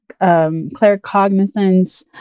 claircognizance